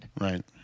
Right